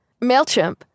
MailChimp